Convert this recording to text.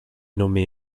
nommé